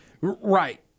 Right